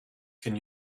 can